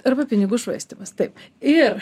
arba pinigų švaistymas taip ir